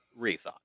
rethought